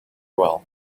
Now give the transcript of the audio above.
well